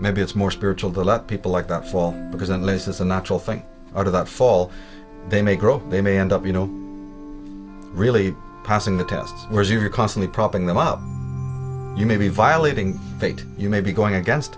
maybe it's more spiritual the let people like that fall because unless there's a natural thing out of that fall they may grow they may end up you know really passing the tests where you're constantly propping them up you may be violating fate you may be going against